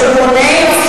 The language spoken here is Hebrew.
מה הבעיה,